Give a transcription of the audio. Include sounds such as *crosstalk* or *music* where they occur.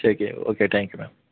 *unintelligible* okay thank you ma'am